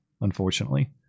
unfortunately